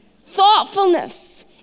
Thoughtfulness